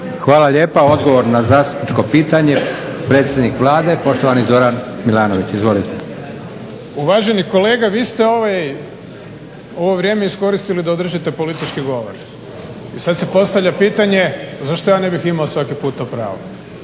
Hvala lijepa. Odgovor na zastupničko pitanje predsjednik Vlade poštovani Zoran Milanović. **Milanović, Zoran (SDP)** Uvaženi kolega, vi ste ovo vrijeme iskoristili da održite politički govor i sad se postavlja pitanje zašto ja ne bih svaki put imao to pravo.